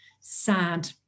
sad